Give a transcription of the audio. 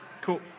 Cool